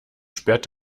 sperrt